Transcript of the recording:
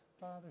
Father